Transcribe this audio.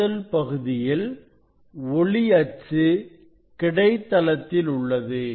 முதல் பகுதியில் ஒளி அச்சு கிடைத்தளத்தில் உள்ளது